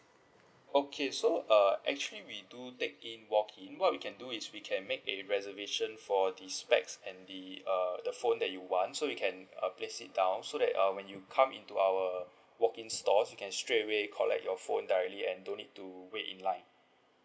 okay so uh actually we do take in walk in what we can do is we can make a reservation for the specs and the uh the phone that you want so we can uh place it down so that uh when you come into our walk in stores you can straight away collect your phone directly and don't need to wait in line